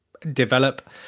develop